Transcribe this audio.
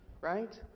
right